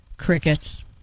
crickets